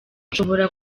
ushobora